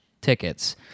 tickets